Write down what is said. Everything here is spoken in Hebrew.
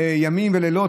ימים ולילות,